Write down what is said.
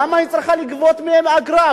למה היא צריכה לגבות מהם אגרה?